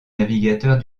navigateurs